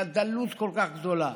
שהדלות כל כך גדולה,